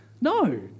No